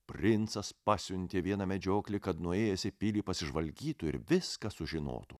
princas pasiuntė vieną medžioklį kad nuėjęs į pilį pasižvalgytų ir viską sužinotų